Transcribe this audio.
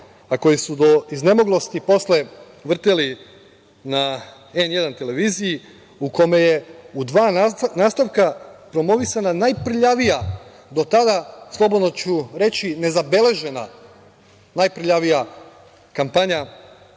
a koji su do iznemoglosti posle vrteli na N1 televiziji u kome je u dva nastavka promovisana najprljavija do tada, slobodno ću reći, nezabeležena najprljavija kampanja